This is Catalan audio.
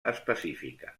específica